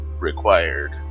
required